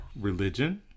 religion